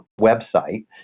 website